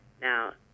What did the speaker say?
now